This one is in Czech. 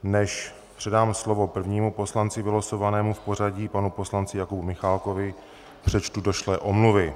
Než předám slovo prvnímu poslanci vylosovanému v pořadí, panu poslanci Jakubu Michálkovi, přečtu došlé omluvy.